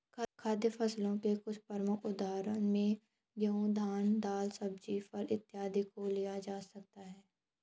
खाद्य फसलों के कुछ प्रमुख उदाहरणों में गेहूं, धान, दाल, सब्जी, फल इत्यादि को लिया जा सकता है